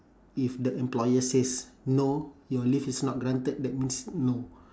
if the employer says no your leave is not granted that means no